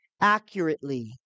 accurately